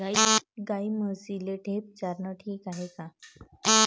गाई म्हशीले ढेप चारनं ठीक हाये का?